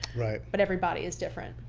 but everybody is different.